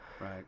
Right